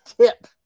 tip